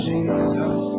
Jesus